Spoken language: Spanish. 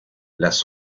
las